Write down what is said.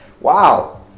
Wow